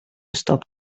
stop